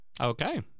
Okay